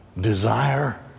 desire